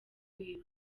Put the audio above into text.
wiwe